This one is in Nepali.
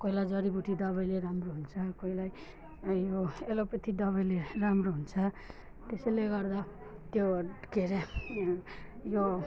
कोहीलाई जडीबुटी दबाईले राम्रो हुन्छ कोहीलाई ए यो एलोपेथी दबाईले राम्रो हुन्छ त्यसैले गर्दा त्यो के हरे यो